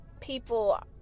people